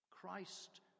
Christ